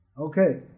okay